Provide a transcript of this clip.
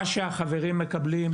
מה שהחברים מקבלים.